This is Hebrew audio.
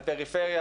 על פריפריה,